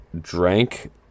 drank